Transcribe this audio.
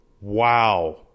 Wow